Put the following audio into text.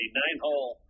nine-hole